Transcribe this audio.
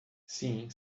sim